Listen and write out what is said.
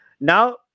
Now